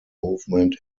movement